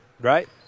Right